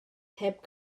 heb